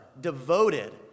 Devoted